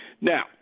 Now